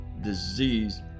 disease